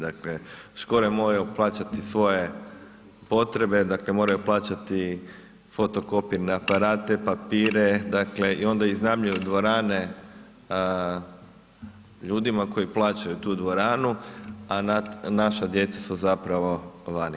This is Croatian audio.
Dakle škole moraju plaćati svoje potrebe, dakle moraju plaćati fotokopirne aparate, papire, dakle i onda iznajmljuju dvorane ljudima koji plaćaju tu dvoranu a naša djeca su zapravo vani.